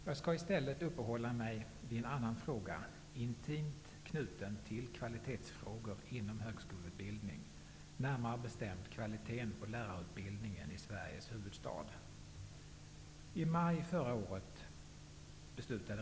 Jag skall i stället uppehålla mig vid en annan fråga som är intimt knuten till kvalitetsfrågor inom högskoleutbildningen, närmare bestämt kvaliteten på lärarutbildningen i Sveriges huvudstad.